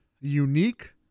unique